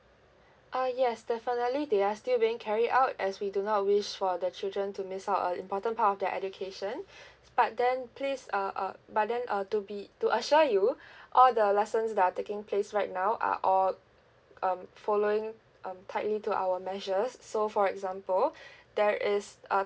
uh yes definitely they are still being carried out as we do not wish for the children to miss out an important part of their education but then please uh uh but then uh to be to assure you all the lessons that are taking place right now are all um following um tightly to our measures so for example there is a